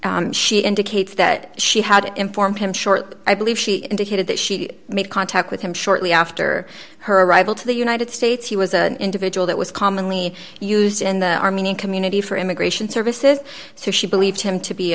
reopen she indicates that she had informed him short i believe she indicated that she made contact with him shortly after her arrival to the united states he was an individual that was commonly used in the armenian community for immigration services so she believed him to be